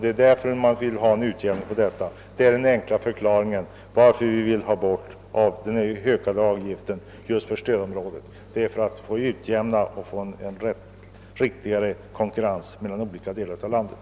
Det är därför vi vill ha en utjämning, och det är den enkla förklaringen till att vi föreslår att just stödområdet skall undantas från avgiftshöjningen. En sådan utjämning skulle skapa ett riktigare konkurrensläge mellan olika delar av landet.